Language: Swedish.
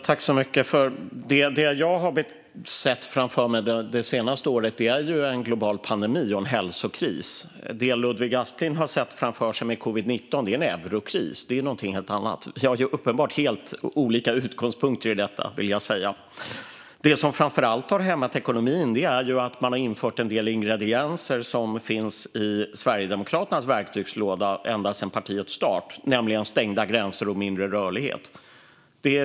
Fru talman! Det jag har sett framför mig det senaste året är en global pandemi och en hälsokris. Det Ludvig Aspling har sett framför sig med covid-19 är en eurokris. Det är någonting helt annat. Vi har uppenbart helt olika utgångspunkter i detta, vill jag säga. Det som framför allt har hämmat ekonomin är att man har infört en del ingredienser som funnits i Sverigedemokraternas verktygslåda ända sedan partiets start, nämligen stängda gränser och mindre rörlighet.